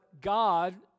God